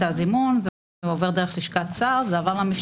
אלה תיקים שהועברו --- עברו מעל 60,